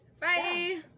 Bye